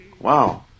Wow